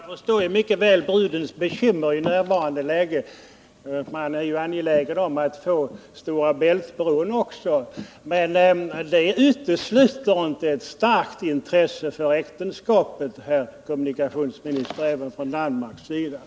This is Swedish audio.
Herr talman! Jag förstår mycket väl brudens bekymmer i nuvarande läge. Man är ju angelägen om att också få Stora Bält-bron. Men det utesluter inte ett starkt intresse för äktenskapet även från Danmarks sida, herr kommunikationsminister.